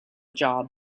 job